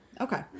okay